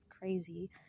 crazy